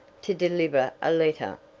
to deliver a letter,